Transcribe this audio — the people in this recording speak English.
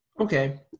Okay